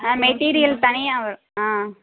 நா மெட்டீரியல் தனியாக வரும் ஆ